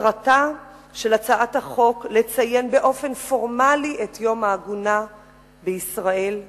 מטרתה של הצעת החוק לציין באופן פורמלי את יום העגונה בישראל ובכנסת.